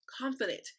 confident